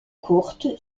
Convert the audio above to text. courtes